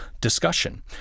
discussion